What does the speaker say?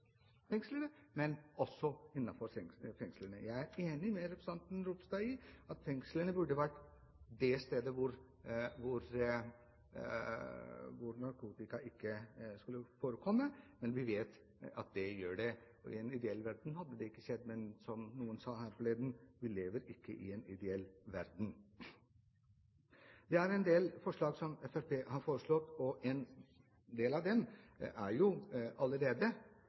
fengslene. Jeg er enig med representanten Ropstad i at fengselet burde vært det stedet hvor narkotika ikke forekom. Men vi vet at det gjør det. I en ideell verden hadde det ikke skjedd, men som noen sa her forleden: Vi lever ikke i en ideell verden. Det er en del forslag som Fremskrittspartiet har fremmet. En del av dem er allerede